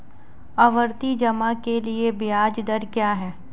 आवर्ती जमा के लिए ब्याज दर क्या है?